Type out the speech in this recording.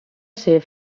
ser